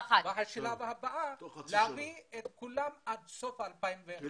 ובשלב הבא להביא את כולם עד סוף 2021. תוך חצי שנה.